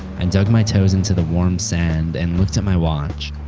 and dug my toes into the warm sand and looked at my watch.